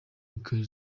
michael